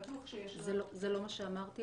בטוח שיש --- זה לא מה שאמרתי.